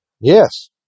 Yes